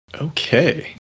Okay